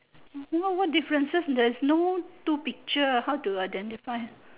I don't know what differences there's no two pictures how to identify